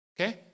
Okay